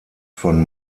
von